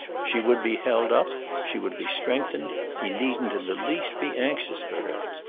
she would be held up she would be strengthened he needn't in the least be anxious for her.